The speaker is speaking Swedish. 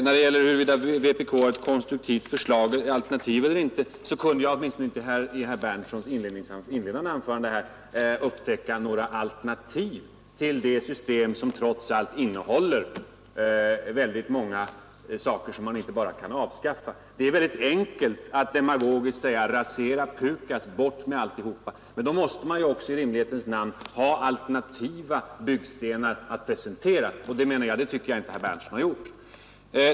När det gäller huruvida vpk har ett konstruktivt alternativ eller inte kunde jag i varje fall inte i herr Berndtsons inledande anförande upptäcka några alternativ till det system som trots allt innehåller mycket som man inte bara kan avskaffa. Det är väldigt enkelt att demagogiskt säga: ”Rasera PUKAS, bort med alltihop! ”” Men då måste man i rimlighetens namn ha alternativa byggstenar att presentera, och det tycker jag inte att herr Berndtson har gjort.